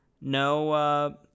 no